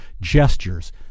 gestures